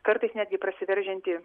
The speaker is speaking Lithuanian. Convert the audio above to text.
kartais netgi prasiveržiantį